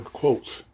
quotes